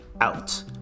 out